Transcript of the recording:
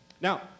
now